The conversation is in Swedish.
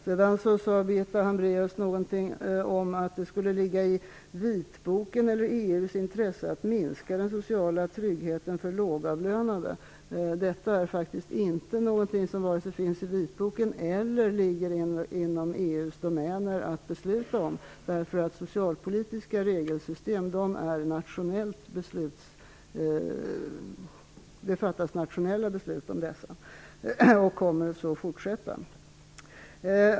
Birgitta Hambraeus sade något om att det när det gäller vitboken och EU skulle vara av intresse att minska den sociala tryggheten för lågavlönade. Detta är faktiskt någonting som varken finns med i vitboken eller som ligger inom EU:s domäner att besluta om. Socialpolitiska regelsystem fattas det nämligen nationella beslut om, och så kommer det att vara i fortsättningen också.